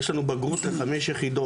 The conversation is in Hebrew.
יש לנו בגרות של חמש יחידות,